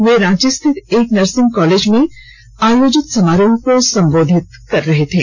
वे रांची स्थित एक nursing college में आयोजित समारोह को सम्बोधित कर रहे थे